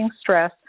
stress